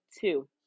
two